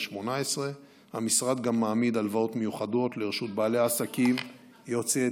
2018. המשרד גם מעמיד הלוואות מיוחדות לרשות בעלי עסקים יוצאי אתיופיה.